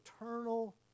eternal